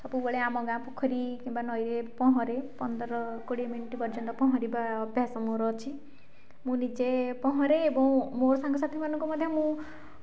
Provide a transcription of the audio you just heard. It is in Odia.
ସବୁବେଳେ ଆମ ଗାଁ ପୋଖରୀ କିମ୍ବା ନଈରେ ପହଁରେ ପନ୍ଦର କୋଡ଼ିଏ ମିନିଟ୍ ପର୍ଯ୍ୟନ୍ତ ପହଁରିବା ଅଭ୍ୟାସ ମୋର ଅଛି ମୁଁ ନିଜେ ପହଁରେ ଏବଂ ମୋ ସାଙ୍ଗସାଥୀମାନଙ୍କୁ ମଧ୍ୟ ମୁଁ